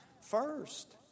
first